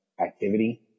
activity